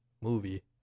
movie